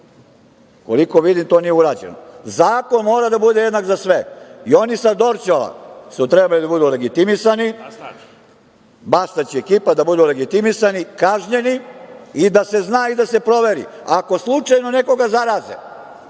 Koliko vidim to nije urađeno. Zakon mora da bude jednak za sve. I oni sa Dorćola su trebali da budu legitimisani, Bastać i ekipa da budu legitimisani, kažnjeni i da se zna i da se proveri. Ako slučajno nekoga zaraze